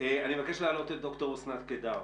מבקש להעלות את ד"ר אסנת קידר